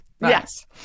yes